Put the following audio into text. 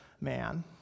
man